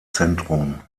zentrum